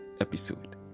episode